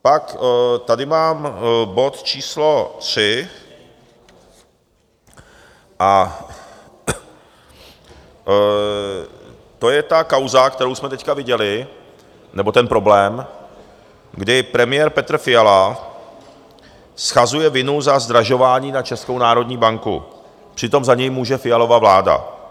Pak tady mám bod číslo 3 a to je kauza, kterou jsme tady teď viděli, nebo problém, kdy premiér Petr Fiala shazuje vinu za zdražování na Českou národní banku, přitom za něj může Fialova vláda.